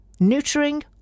neutering